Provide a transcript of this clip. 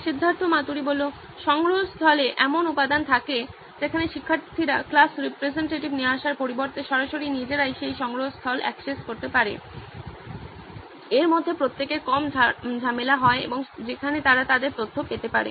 সিদ্ধার্থ মাতুরি সংগ্রহস্থলে এমন উপাদান থাকে যেখানে শিক্ষার্থীরা ক্লাস রিপ্রেজেন্টেটিভ নিয়ে আসার পরিবর্তে সরাসরি নিজেরাই সেই সংগ্রহস্থল অ্যাক্সেস করতে পারে এরমধ্যে প্রত্যেকের কম ঝামেলা হয় এবং যেখানে তারা তাদের তথ্য পেতে পারে